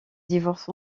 divorce